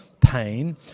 pain